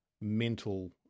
mental